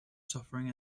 suffering